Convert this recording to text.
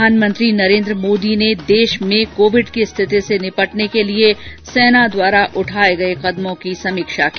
प्रधानमंत्री नरेन्द्र मोदी ने देश में कोविड की स्थिति से निपटने के लिए सेना द्वारा उठाये गये कदमों की समीक्षा की